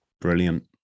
brilliant